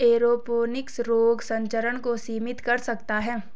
aeroponics रोग संचरण को सीमित कर सकता है